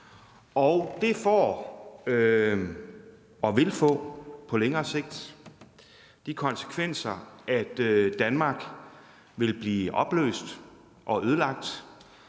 Det får og vil på længere sigt få de konsekvenser, at Danmark vil blive opløst og ødelagt.